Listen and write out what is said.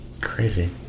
Crazy